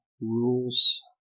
rules